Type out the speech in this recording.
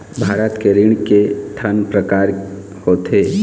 भारत के ऋण के ठन प्रकार होथे?